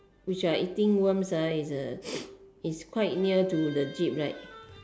which are eating worms ah is uh quite near to the jeep right